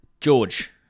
George